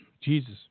Jesus